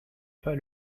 pas